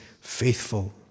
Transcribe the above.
faithful